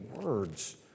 words